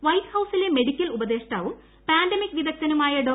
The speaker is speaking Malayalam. വൈറ്റ് ഹൌസിലെ മെഡിക്കൽ ഉപദേഷ്ടാവും പാൻഡെമിക് വിദഗ്ധനുമായ ഡോ